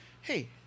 Hey